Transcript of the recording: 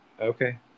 okay